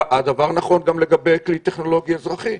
הדבר נכון גם לגבי כלי טכנולוגי אזרחי.